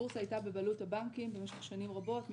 הבורסה הייתה בבעלות הבנקים במשך שנים רבות,